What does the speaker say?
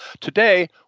today